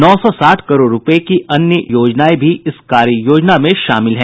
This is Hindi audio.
नौ सौ साठ करोड़ रुपये की अन्य योजनाएं भी इस कार्ययोजना में शामिल है